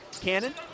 Cannon